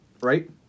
right